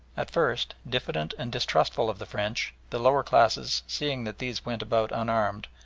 at first, diffident and distrustful of the french, the lower classes seeing that these went about unarmed,